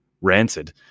rancid